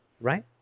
right